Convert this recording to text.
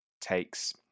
takes